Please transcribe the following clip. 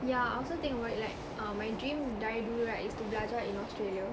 yeah I also think about it like err my dream die do right is to belajar in Australia